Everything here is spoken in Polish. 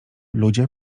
ludzie